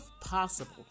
possible